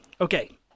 Okay